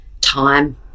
Time